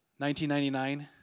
1999